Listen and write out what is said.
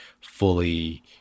fully